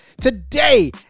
today